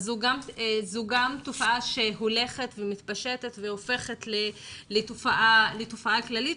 זו גם תופעה שהולכת ומתפשטת והופכת לתופעה כללית,